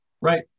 Right